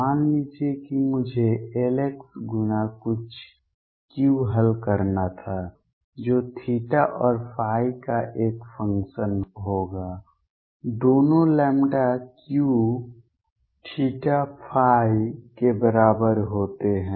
मान लीजिए कि मुझे Lx गुणा कुछ Q हल करना था जो थीटा और ϕ का एक फंक्शन होगा दोनों लैम्ब्डा Qθϕ के बराबर होते हैं